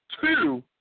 Two